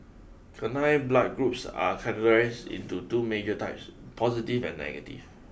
Canine Blood Groups are categorised into two major types positive and negative